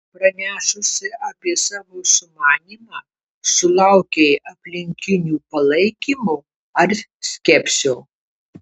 pranešusi apie savo sumanymą sulaukei aplinkinių palaikymo ar skepsio